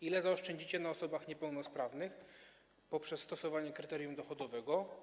Ile zaoszczędzicie na osobach niepełnosprawnych dzięki stosowaniu kryterium dochodowego?